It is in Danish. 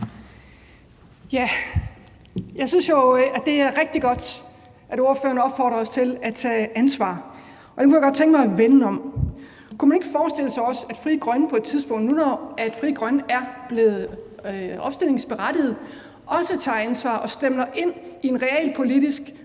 Jeg synes jo, det er rigtig godt, at ordføreren opfordrer os til at tage ansvar. Den kunne jeg godt tænke mig at vende om. Kunne man ikke også forestille sig, at Frie Grønne på et tidspunkt, når nu Frie Grønne er blevet opstillingsberettigede, også tager ansvar og stempler ind i en realpolitisk